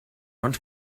ond